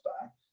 back